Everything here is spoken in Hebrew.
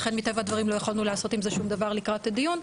לכן מטבע הדברים לא יכולנו לעשות עם זה שום דבר לקראת הדיון.